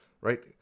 right